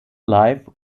life